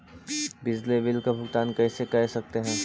बिजली बिल का भुगतान कैसे कर सकते है?